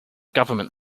government